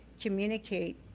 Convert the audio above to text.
communicate